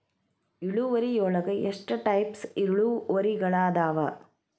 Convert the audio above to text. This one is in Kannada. ಇಳುವರಿಯೊಳಗ ಎಷ್ಟ ಟೈಪ್ಸ್ ಇಳುವರಿಗಳಾದವ